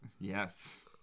yes